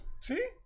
See